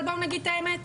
אבל בואו נגיד את האמת,